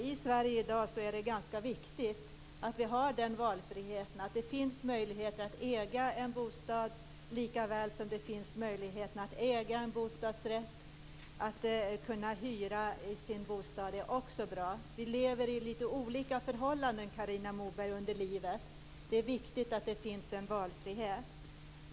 Det är ganska viktigt i Sverige i dag att ha valfrihet att äga en bostad likaväl som man kan äga en bostadsrätt eller hyra en bostad. Vi har, Carina Moberg, litet olika förhållanden i livets olika skeden, och det är viktigt med en valfrihet.